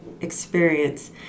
experience